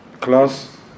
class